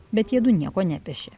bet jiedu nieko nepešė